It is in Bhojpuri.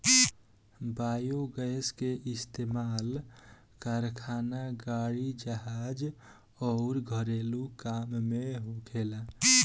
बायोगैस के इस्तमाल कारखाना, गाड़ी, जहाज अउर घरेलु काम में होखेला